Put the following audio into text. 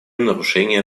нарушения